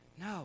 No